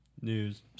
news